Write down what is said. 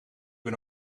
ben